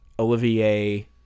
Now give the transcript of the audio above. Olivier